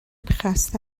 خسته